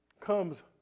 comes